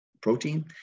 protein